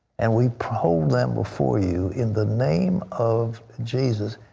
and we hold them before you in the name of jesus.